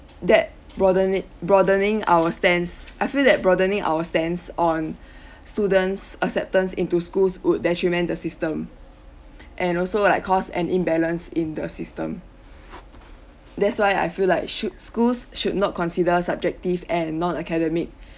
that broaden~ broadening our stands I feel like broadening our stands on students acceptance into schools would detriment the system and also like cause an imbalance in the system that's why I feel like should schools should not consider subjective and non academic